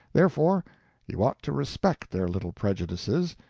therefore you ought to respect their little prejudices,